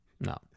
No